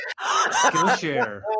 Skillshare